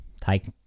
take